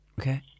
Okay